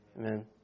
Amen